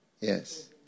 Yes